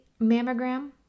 mammogram